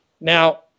Now